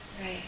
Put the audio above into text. Right